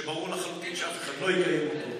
שברור לחלוטין שאף אחד לא יקיים אותו.